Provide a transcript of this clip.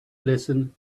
listen